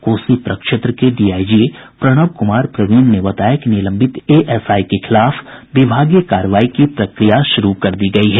कोसी प्रक्षेत्र के डीआईजी प्रणव कुमार प्रवीण ने बताया कि निलंबित एएसआई के खिलाफ विभागीय कार्रवाई की प्रक्रिया श्रू कर दी गयी है